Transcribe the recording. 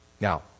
Now